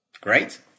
Great